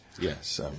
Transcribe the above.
Yes